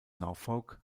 norfolk